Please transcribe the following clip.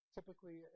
Typically